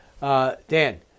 Dan